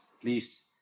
please